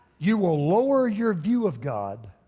you will lower your view of god